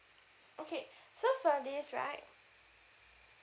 okay so for this right